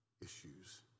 issues